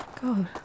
God